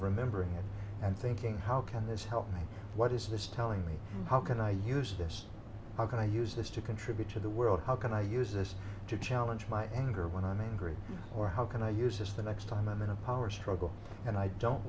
remembering it and thinking how can this help me what is this telling me how can i use this how can i use this to contribute to the world how can i use this to challenge my anger when i'm angry or how can i use the next time i'm in a power struggle and i don't